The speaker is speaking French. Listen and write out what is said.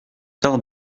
tard